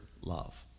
love